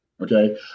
Okay